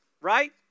right